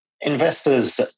investors